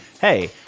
hey